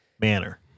manner